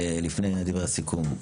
לפני דברי הסיכום,